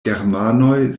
germanoj